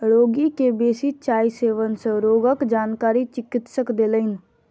रोगी के बेसी चाय सेवन सँ रोगक जानकारी चिकित्सक देलैन